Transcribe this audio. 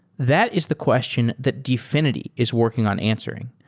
that is the question that dfinity is working on answering.